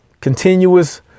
continuous